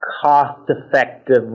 cost-effective